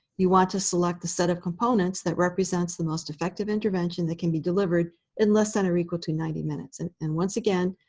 you want to select a set of components that represents the most effective intervention that can be delivered in less than or equal to ninety minutes. and, and once again,